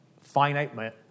finite